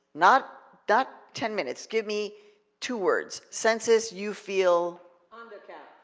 not that ten minutes, give me two words. census, you feel under count.